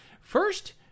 First